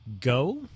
go